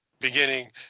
beginning